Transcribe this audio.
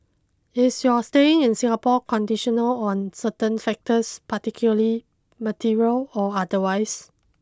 is your staying in Singapore conditional on certain factors particularly material or otherwise